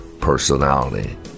personality